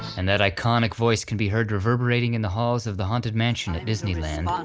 and that iconic voice can be heard reverberating in the halls of the haunted mansion at disneyland, um